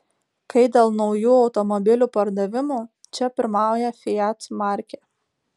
kai dėl naujų automobilių pardavimų čia pirmauja fiat markė